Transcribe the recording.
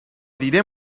diré